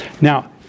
Now